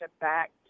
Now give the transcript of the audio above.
back